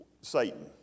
Satan